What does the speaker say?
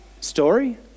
story